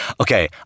okay